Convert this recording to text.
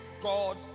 God